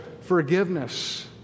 forgiveness